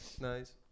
Nice